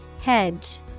Hedge